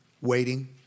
waiting